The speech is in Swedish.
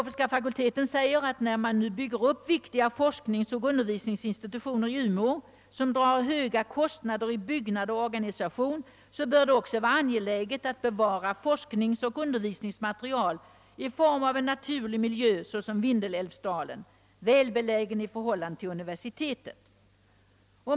Fakulteten säger, att »när man nu bygger upp viktiga forskningsoch undervisningsinstitutioner i Umeå, som drar höga kostnader i byggnad och organisation, så bör det också vara angeläget att bevara forskningsoch undervisningsmaterial i form av en naturlig miljö såsom Vindelälvsdalen, välbelägen i förhållande till universitetet».